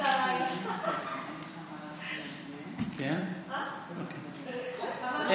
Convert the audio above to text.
לסעיף 1 לא נתקבלה.